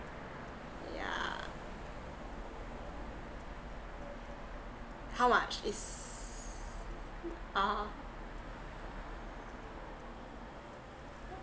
yeah how much is oh